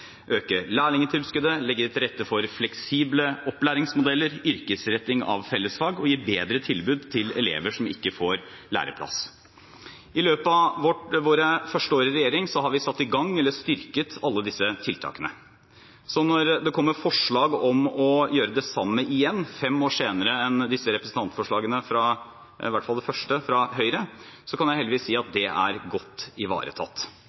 øke lærlingtilskuddet, legge til rette for fleksible opplæringsmodeller, yrkesretting av fellesfag og gi bedre tilbud til elever som ikke får læreplass. I løpet av våre første år i regjering har vi satt i gang eller styrket alle disse tiltakene. Så når det kommer forslag om å gjøre det samme igjen – fem år senere enn i hvert fall det første representantforslaget fra Høyre kom – kan jeg heldigvis si at det er godt ivaretatt.